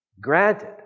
granted